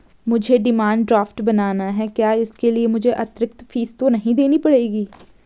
मुझे demand draft बनाना है क्या इसके लिए मुझे अतिरिक्त फीस तो नहीं देनी पड़ेगी?